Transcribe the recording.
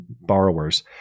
borrowers